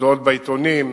מודעות בעיתונים,